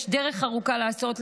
יש דרך ארוכה לעשות,